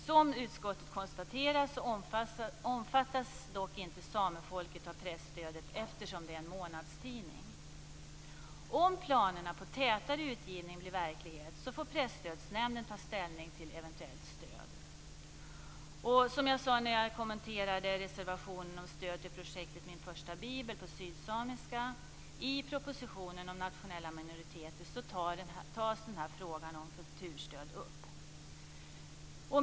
Som utskottet konstaterar omfattas dock inte Samefolket av presstödet eftersom det är en månadstidning. Om planerna på tätare utgivning blir verklighet får Presstödsnämnden ta ställning till eventuellt stöd. Som jag sade när jag kommenterade reservationen om stöd till projektet Min första bibel på sydsamiska tas frågan om kulturstöd upp i propositionen om nationella minoriteter.